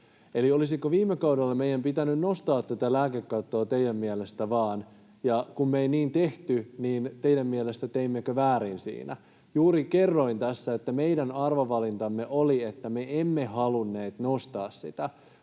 Eli olisiko viime kaudella meidän vain pitänyt nostaa tätä lääkekattoa teidän mielestänne? Ja kun me emme niin tehneet, niin teimmekö teidän mielestänne väärin siinä? Juuri kerroin tässä, että meidän arvovalintamme oli, että me emme halunneet nostaa sitä,